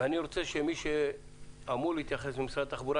ואני רוצה שמי שאמור להתייחס ממשרד התחבורה,